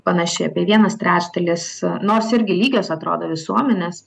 panaši apie vienas trečdalis nors irgi lygios atrodo visuomenės